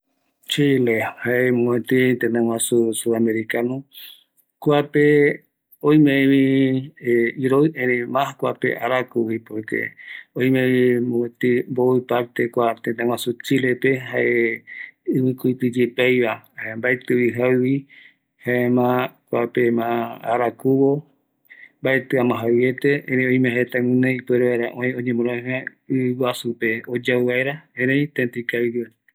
Chile jae mopeti tëtä guaju sud americano, kuape oimevi, iroɨ, erei mas kuape arakuvi por que oimevi mopëtï, mbovï parte kua tëtä guaju chile pe jae ivi kuitï yepeiva, jare mbaetïvi jaïvi, jaema kuape ma arakuvo mbatï, maetï ama jaïviete, erei oime jaereta guinoi öe vaera oñemoröïja ïguajupe oyau vaera erei tëtä ikavigue.